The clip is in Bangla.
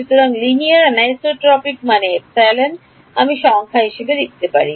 সুতরাং লিনিয়ার অ্যানিসোট্রপিক মানে ε আমি সংখ্যা হিসাবে লিখতে পারি